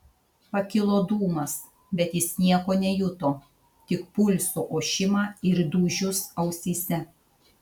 pakilo dūmas bet jis nieko nejuto tik pulso ošimą ir dūžius ausyse